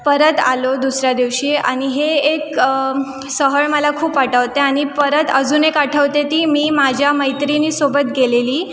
परत आलो दुसऱ्या दिवशी आणि हे एक सहल मला खूप आठवते आणि परत अजून एक आठवते ती मी माझ्या मैत्रिणीसोबत गेलेली